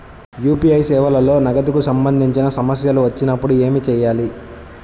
UPI సేవలలో నగదుకు సంబంధించిన సమస్యలు వచ్చినప్పుడు ఏమి చేయాలి?